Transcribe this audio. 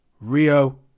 Rio